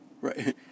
Right